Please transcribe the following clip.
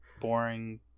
Boring